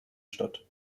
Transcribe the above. statt